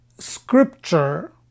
scripture